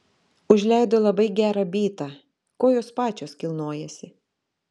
užleido labai gerą bytą kojos pačios kilnojasi